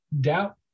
doubt